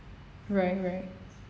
right right